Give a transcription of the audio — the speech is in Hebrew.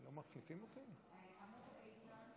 אתה לא חייב להסביר לנו.